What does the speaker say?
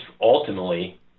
ultimately